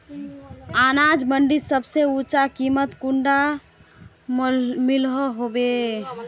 अनाज मंडीत सबसे ऊँचा कीमत कुंडा मिलोहो होबे?